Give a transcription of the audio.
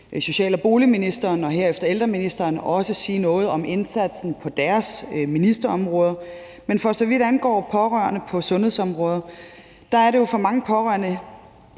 social- og boligministeren og herefter ældreministeren sige noget om indsatsen på deres ministerområder. Men for så vidt angår pårørende på sundhedsområdet, er det jo sådan for mange pårørende,